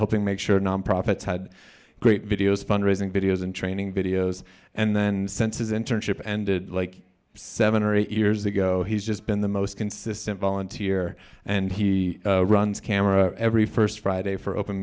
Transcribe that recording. helping make sure nonprofits had great videos fundraising videos and training videos and then senses internship and did like seven or eight years ago he's just been the most consistent volunteer and he runs camera every first friday for open